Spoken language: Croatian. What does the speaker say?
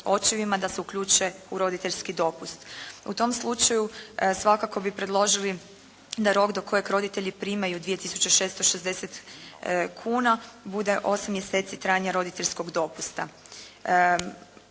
očevima da se uključe u roditeljski dopust. U tom slučaju svakako bi predložili da rok do kojeg roditelji primaju 2 tisuće 660 kuna bude 8 mjeseci trajanja roditeljskog dopusta.